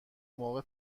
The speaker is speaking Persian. موقع